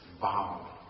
bow